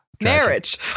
Marriage